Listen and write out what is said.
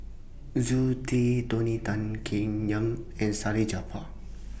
Zoe Tay Tony Tan Keng Yam and Salleh Japar